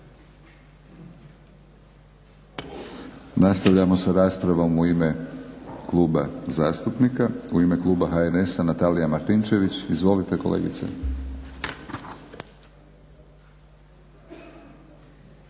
Nastavljamo sa raspravom u ime kluba zastupnika. U ime Kluba HNS-a Natalija Martinčević. Izvolite kolegice.